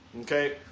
Okay